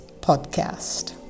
podcast